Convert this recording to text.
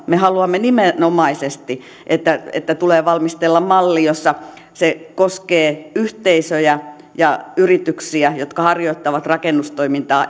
me haluamme nimenomaisesti että että tulee valmistella malli jossa se koskee yhteisöjä ja yrityksiä jotka harjoittavat rakennustoimintaa